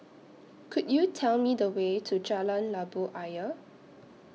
Could YOU Tell Me The Way to Jalan Labu Ayer